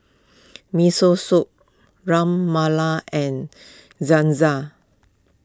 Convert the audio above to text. Miso Soup Ras Malai and